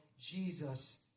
Jesus